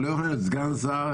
היא לא יכולה להיות סגן שר.